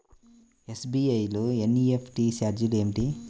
SBI లో NEFT ఛార్జీలు ఏమిటి?